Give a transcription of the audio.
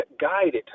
guided